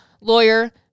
lawyer